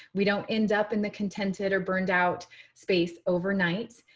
we don't end up in the contented or burned out space overnight.